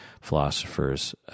philosophers